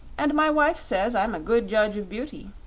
and my wife says i'm a good judge of beauty.